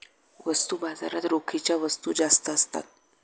वस्तू बाजारात रोखीच्या वस्तू जास्त असतात